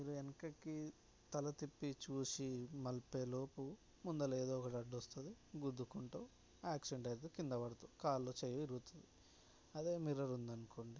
మీరు వెనుకకి తల తిప్పి చూసి మళ్లే లోపు ముందర ఏదో ఒకటి అడ్డు వస్తుంది గుద్దుకుంటావు యాక్సిడెంట్ అవుతుంది కింద పడతావు కాలో చేయొ ఇరుగుతుంది అదే మిర్రర్ ఉంది అనుకోండి